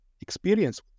experience